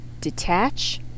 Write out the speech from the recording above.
detach